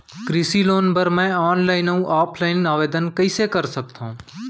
कृषि लोन बर मैं ऑनलाइन अऊ ऑफलाइन आवेदन कइसे कर सकथव?